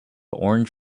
orange